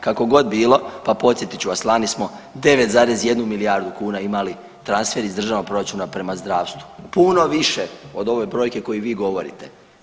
Kako god bilo, pa podsjetit ću vas pa lani smo 9,1 milijardu kuna imali transfer iz državnog proračuna prema zdravstvu, puno više od ove brojke koju vi govorite.